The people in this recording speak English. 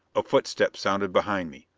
a footstep sounded behind me,